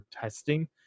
testing